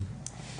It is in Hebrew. כן.